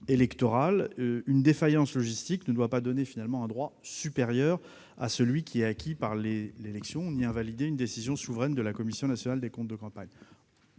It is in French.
électorales. Une défaillance logistique ne doit pas donner un droit supérieur à celui qui est acquis par l'élection ni invalider une décision souveraine de la Commission nationale des comptes de campagne